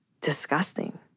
disgusting